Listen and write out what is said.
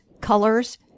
colors